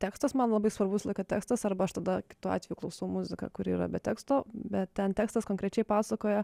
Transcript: tekstas man labai svarbus testas arba aš tada kitu atveju klausau muziką kuri yra be teksto bet ten tekstas konkrečiai pasakoja